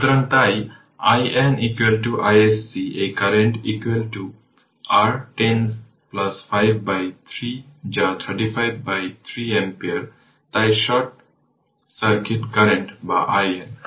সুতরাং তাই IN iSC এই কারেন্ট r 10 5 by 3 যা 35 by 3 অ্যাম্পিয়ার তাই এটি শর্ট সার্কিট কারেন্ট বা IN